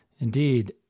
Indeed